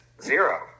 Zero